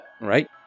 right